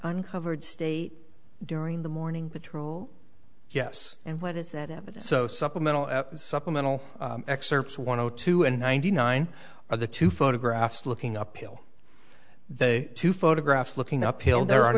uncovered state during the morning patrol yes and what is that evidence so supplemental supplemental excerpts one hundred two and ninety nine are the two photographs looking uphill they two photographs looking uphill there are